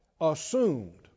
assumed